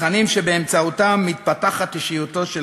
תכנים שבאמצעותם מתפתחת אישיותו של